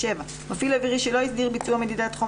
מפעיל אווירי שלא הסדיר ביצוע מדידת חום